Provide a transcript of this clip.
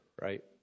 right